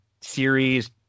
series